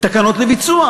תקנות לביצוע.